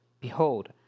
Behold